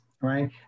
right